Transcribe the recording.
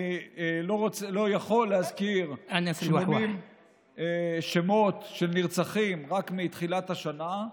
אני לא יכול להזכיר שמות של נרצחים רק מתחילת השנה,